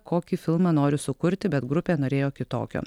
kokį filmą noriu sukurti bet grupė norėjo kitokio